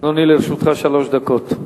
אדוני, לרשותך שלוש דקות.